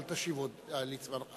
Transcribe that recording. אל תשיב עוד, ליצמן.